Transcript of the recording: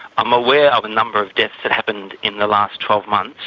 i'm aware of a number of deaths that happened in the last twelve months.